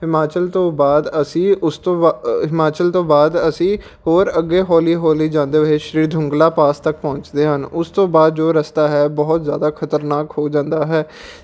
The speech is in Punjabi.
ਹਿਮਾਚਲ ਤੋਂ ਬਾਅਦ ਅਸੀਂ ਉਸ ਤੋਂ ਬਾਅ ਹਿਮਾਚਲ ਤੋਂ ਬਾਅਦ ਅਸੀਂ ਹੋਰ ਅੱਗੇ ਹੌਲੀ ਹੌਲੀ ਜਾਂਦੇ ਹੋਏ ਸ੍ਰੀ ਦੁੰਗਲਾ ਪਾਸ ਤੱਕ ਪਹੁੰਚਦੇ ਹਨ ਉਸ ਤੋਂ ਬਾਅਦ ਜੋ ਰਸਤਾ ਹੈ ਬਹੁਤ ਜ਼ਿਆਦਾ ਖ਼ਤਰਨਾਕ ਹੋ ਜਾਂਦਾ ਹੈ